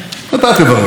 אתה תברר.